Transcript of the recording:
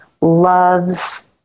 loves